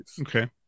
Okay